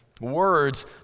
words